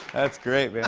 that's great, man.